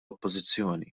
oppożizzjoni